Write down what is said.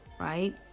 right